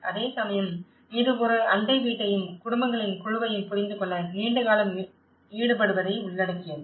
அதேசமயம் இது ஒவ்வொரு அண்டை வீட்டையும் குடும்பங்களின் குழுவையும் புரிந்து கொள்ள நீண்ட காலம் ஈடுபடுவதை உள்ளடக்கியது